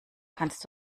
kannst